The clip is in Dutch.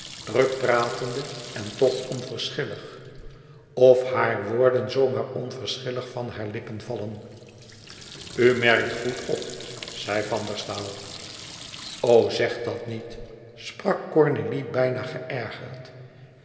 druk pratende en toch onverschillig of hare woorden zoo maar onverschillig van haar lippen vallen u merkt goed op zei van der staal o zeg dat niet sprak cornélie bijna geërgerd